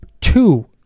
two